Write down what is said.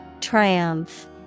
Triumph